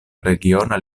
regiona